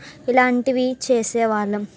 ఇలాంటివి చేసేవాళ్ళం